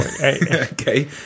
Okay